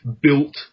built